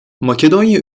makedonya